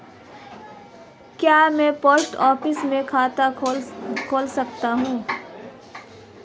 क्या मैं post office में खाता खोल सकता हूँ?